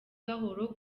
gahoro